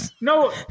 No